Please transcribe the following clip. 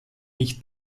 nicht